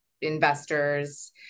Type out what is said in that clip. investors